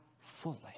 fully